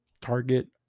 target